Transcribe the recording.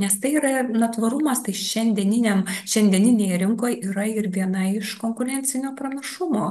nes tai yra na tvarumas tai šiandieniniam šiandieninėje rinkoj yra ir viena iš konkurencinio pranašumo